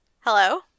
Hello